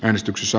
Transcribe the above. äänestyksessä